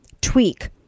tweak